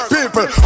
People